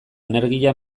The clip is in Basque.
energia